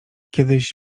kiedyś